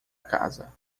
casa